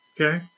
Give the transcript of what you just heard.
Okay